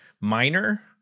minor